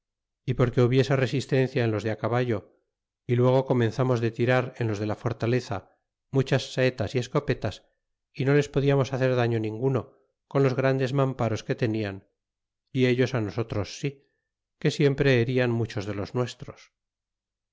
y porque hubiese resistencia en los de caballo y luego comenzamos de tirar en los dota fortaleza muchas saetas y escopetas y no les podiamos hacer daño ninguno con los grandes mamparos que teuisne ellos á nosotros si que siempre herian muchs de los nuestros